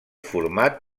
format